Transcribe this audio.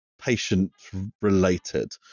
Patient-related